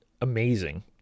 amazing